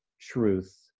truth